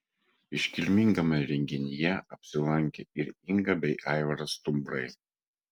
iškilmingame renginyje apsilankė ir inga bei aivaras stumbrai